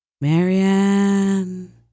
Marianne